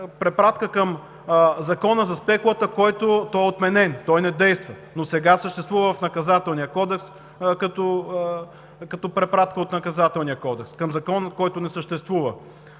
препратка към Закона за спекулата, който е отменен – не действа. Но сега съществува в Наказателния кодекс като препратка от НК към закон, който не съществува.